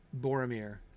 Boromir